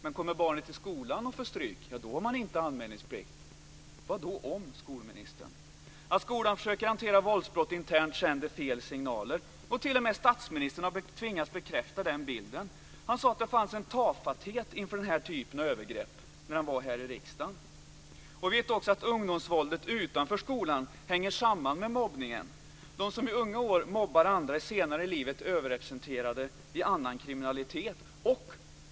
Men går barnet till skolan och får stryk finns ingen anmälningsplikt. Vad då "om", skolministern? Att skolan försöker hantera våldsbrott internt sänder fel signaler. T.o.m. statsministern har tvingats bekräfta den bilden. Han sade när han var här i riksdagen att det fanns en tafatthet inför den typen av övergrepp. Vi vet också att ungdomsvåldet utanför skolan hänger samman med mobbningen. De som i unga år mobbar andra är senare i livet överrepresenterade i annan kriminalitet.